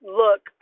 look